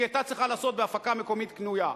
שהיא היתה צריכה לעשות בהפקה מקומית קנויה.